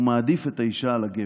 הוא מעדיף את האישה על הגבר.